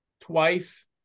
twice